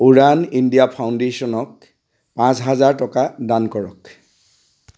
Udaan India ফাউণ্ডেশ্যনক পাঁচ হাজাৰ টকা দান কৰক